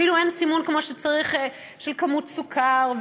אפילו אין סימון כמו שצריך של כמות הסוכר.